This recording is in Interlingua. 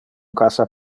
cassa